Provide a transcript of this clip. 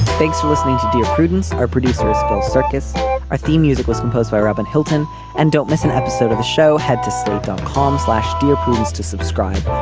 thanks for listening to dear prudence. our producers phil circus theme music was composed by robin hilton and don't miss an episode of the show had to say dot com slash. dear prudence to subscribe.